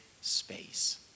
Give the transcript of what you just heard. space